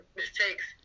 mistakes